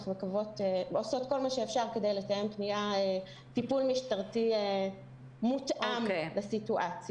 אנחנו עושות כל מה שאפשר כדי לתאם טיפול משטרתי מותאם בסיטואציה.